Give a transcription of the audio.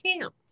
camp